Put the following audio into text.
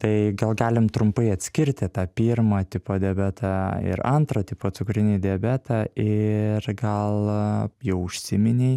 tai gal galim trumpai atskirti tą pirmo tipo diabetą ir antro tipo cukrinį diabetą ir gal jau užsiminei